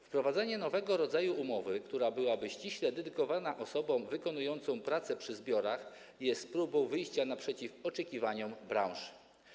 Wprowadzenie nowego rodzaju umowy, która byłaby ściśle dedykowana osobom wykonującym pracę przy zbiorach, jest próbą wyjścia naprzeciw oczekiwaniom branży.